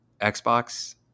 xbox